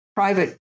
Private